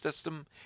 system